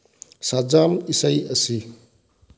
ꯁꯖꯥꯝ ꯏꯁꯩ ꯑꯁꯤ